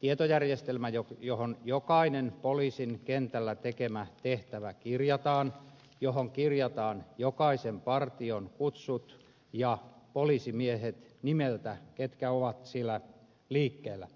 tietojärjestelmä johon jokainen poliisin kentällä tekemä tehtävä kirjataan johon kirjataan jokaisen partion kutsut ja poliisimiehet nimeltä ketkä ovat siellä liikkeellä